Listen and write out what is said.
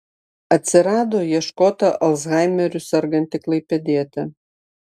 atsirado ieškota alzheimeriu serganti klaipėdietė